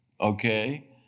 okay